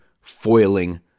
foiling